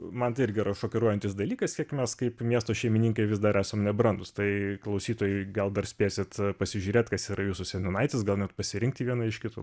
man tai irgi yra šokiruojantis dalykas kiek mes kaip miesto šeimininkai vis dar esam nebrandūs tai klausytojai gal dar spėsit pasižiūrėt kas yra jūsų seniūnaitis gal net pasirinkti vieną iš kitų